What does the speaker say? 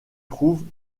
trouvent